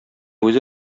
үзе